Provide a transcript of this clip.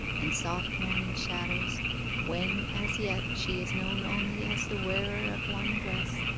and soft morning shadows when, as yet, she is known only as the wearer of one dress,